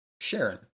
Sharon